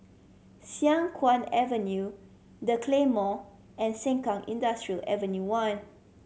Siang Kuang Avenue The Claymore and Sengkang Industrial Avenue One